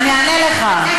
אני אענה לך.